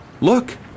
Look